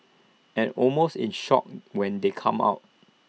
and almost in shock when they came out